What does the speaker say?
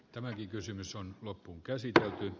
tämä kysymys on loppuun käsitelty